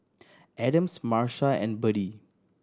Adams Marsha and Birdie